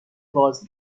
باز